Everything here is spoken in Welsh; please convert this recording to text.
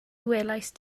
welaist